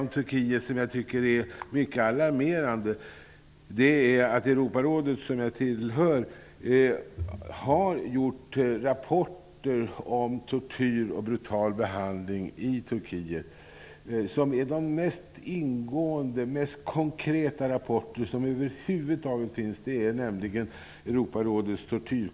Europarådet, som jag tillhör, har skrivit mycket alarmerande rapporter om tortyr och brutal behandling i Turkiet. Europarådets tortyrkommitté skriver de mest ingående och konkreta rapporter.